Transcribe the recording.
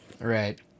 right